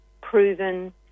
proven